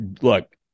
look